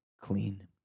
clean